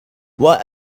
what